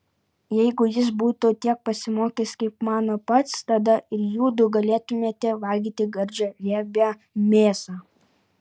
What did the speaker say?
jeigu jis būtų tiek pasimokęs kaip mano pats tada ir judu galėtumėte valgyti gardžią riebią mėsą